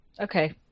Okay